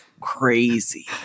crazy